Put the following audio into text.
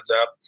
up